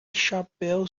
chapéu